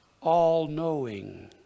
all-knowing